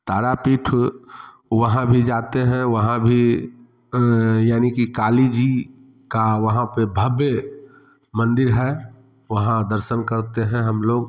तारापीठ वहाँ भी जाते हैं वहाँ भी यानी कि काली जी का वहाँ पर भव्य मन्दिर है वहाँ दर्सन करते हैं हम लोग